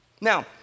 Now